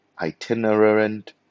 itinerant